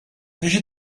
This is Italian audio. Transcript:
fece